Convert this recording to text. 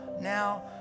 now